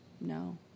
no